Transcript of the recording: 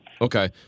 Okay